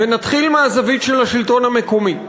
ונתחיל מהזווית של השלטון המקומי.